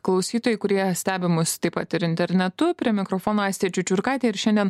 klausytojai kurie stebi mus taip pat ir internetu prie mikrofono aistė čiučiurkaitė ir šiandien